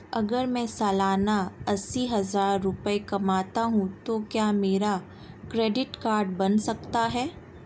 अगर मैं सालाना अस्सी हज़ार रुपये कमाता हूं तो क्या मेरा क्रेडिट कार्ड बन सकता है?